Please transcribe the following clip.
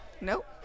Nope